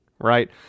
right